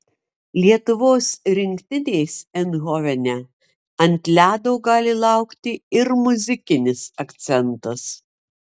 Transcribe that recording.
lietuvos rinktinės eindhovene ant ledo gali laukti ir muzikinis akcentas